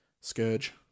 Scourge